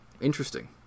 Interesting